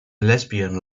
lesbian